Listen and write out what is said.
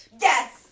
Yes